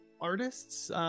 artists